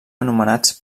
anomenats